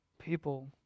people